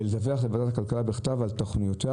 ולדווח לוועדת הכלכלה בכתב על תוכניותיה